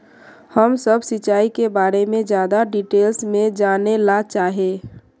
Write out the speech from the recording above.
हम सब सिंचाई के बारे में ज्यादा डिटेल्स में जाने ला चाहे?